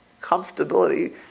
comfortability